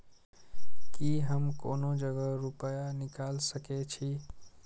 की हम कोनो जगह रूपया निकाल सके छी?